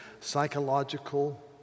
psychological